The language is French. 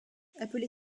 appelée